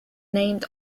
named